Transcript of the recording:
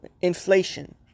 Inflation